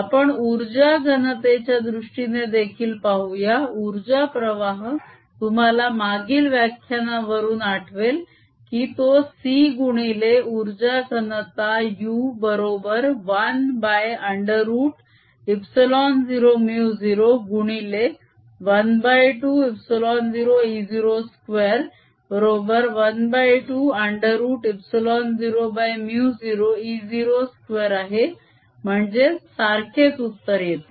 आपण उर्जा घनतेच्या दृष्टीने देखील पाहूया उर्जा प्रवाह तुम्हाला मागील व्याख्यानावरून आठवेल की तो c गुणिले उर्जा घनता u बरोबर 1√ε0μ0 गुणिले ½ ε0 e 0 2 बरोबर ½ √ε0μ0 e02 आहे म्हणजे सारखेच उत्तर येते